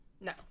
No